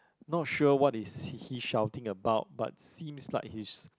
not sure what is he he shouting about but seems like he's